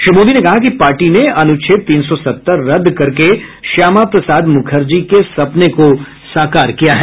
श्री मोदी ने कहा कि पार्टी ने अनुच्छेद तीन सौ सत्तर रद्द करके श्यामा प्रसाद मुखर्जी के सपने को साकार किया है